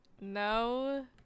No